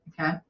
Okay